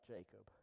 Jacob